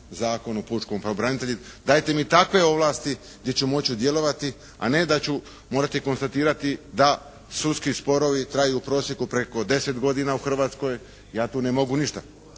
Zakon o pučkom pravobranitelju, dajte mi takve ovlasti gdje ću moći djelovati, a ne da ću morati konstatirati da sudski sporovi traju u prosjeku preko 10 godina u Hrvatskoj. Ja tu ne mogu ništa.